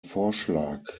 vorschlag